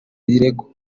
birego